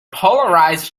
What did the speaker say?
polarized